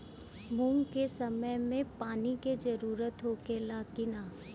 मूंग के समय मे पानी के जरूरत होखे ला कि ना?